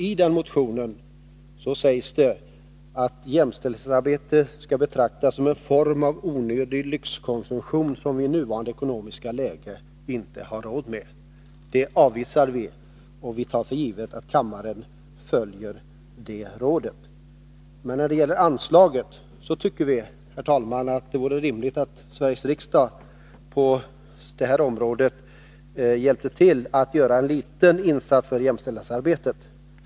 I motionen sägs nämligen att jämställdhetsarbetet skall betraktas såsom ”en form av onödig lyxkonsumtion som vi i nuvarande ekonomiska läge inte har råd med”. Denna motion avstyrker vi alltså och tar för givet att kammaren följer vårt råd. När det gäller anslaget, herr talman, tycker vi att det vore rimligt att Sveriges riksdag på detta område hjälper till och gör en liten insats för jämställdhetsarbetet.